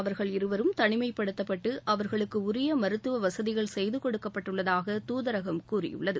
அவர்கள் இருவரும் தனிமைப்படுத்தப்பட்டு அவர்களுக்கு உரிய மருத்துவ வசதிகள் செய்து கொடுக்கப்பட்டுள்ளதாக தூதரகம் கூறியுள்ளது